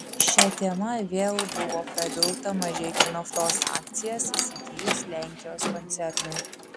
šia tema vėl buvo prabilta mažeikių naftos akcijas įsigijus lenkijos koncernui